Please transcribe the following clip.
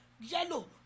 yellow